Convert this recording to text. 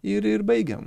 ir ir baigiam